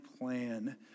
plan